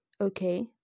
okay